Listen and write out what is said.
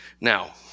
Now